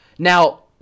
Now